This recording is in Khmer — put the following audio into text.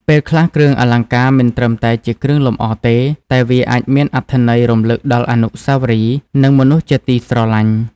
ពេលខ្លះគ្រឿងអលង្ការមិនត្រឹមតែជាគ្រឿងលម្អទេ តែវាអាចមានអត្ថន័យរំលឹកដល់អនុស្សាវរីយ៍ ឬ មនុស្សជាទីស្រលាញ់។